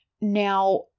Now